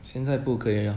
现在不可以了